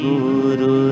Guru